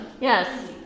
Yes